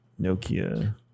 nokia